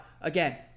again